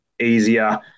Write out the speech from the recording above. easier